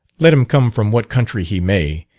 let him come from what country he may,